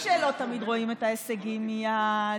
שלא תמיד רואים את ההישגים מייד,